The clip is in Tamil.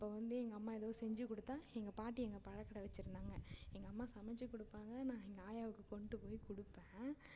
அப்போது வந்து எங்கள் அம்மா எதுவும் செஞ்சு கொடுத்தா எங்கள் பாட்டி அங்கே பழக்கடை வச்சுருந்தாங்க எங்கள் அம்மா சமைத்து கொடுப்பாங்க நான் எங்கள் ஆயாவுக்கு கொண்டு போய் கொடுப்பேன்